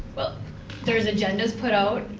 but there's agendas put out